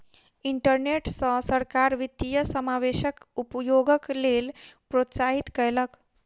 internet सॅ सरकार वित्तीय समावेशक उपयोगक लेल प्रोत्साहित कयलक